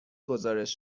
گزارش